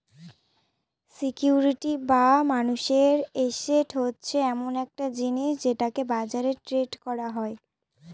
security বা মানুষের asset হচ্ছে এমন একটা জিনিস যেটাকে বাজারে ট্রেড করা যায়